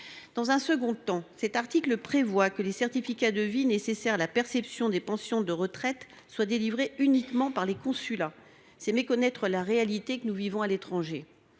D’autre part, cet article prévoit que les certificats de vie nécessaires à la perception des pensions de retraite soient délivrés uniquement par les consulats. C’est méconnaître la réalité que nous vivons à l’étranger.